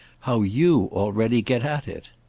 how you already get at it!